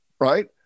Right